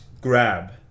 grab